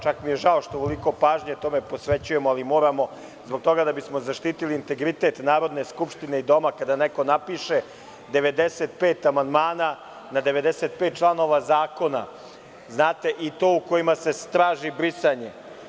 Čak mi je žao što ovoliko pažnje tome posvećujemo, ali moramo zbog toga da bismo zaštitili integritet Narodne skupštine i Doma kada neko napiše 95 amandmana na 95 članova zakona i to u kojima se traži brisanje.